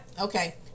okay